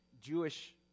Jewish